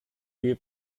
viel